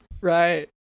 Right